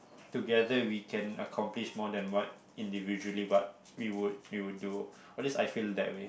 together we can accomplish more than what individually what we would we would do all these I feel that way